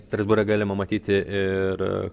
strasbūre galima matyti ir